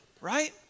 right